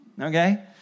okay